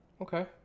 Okay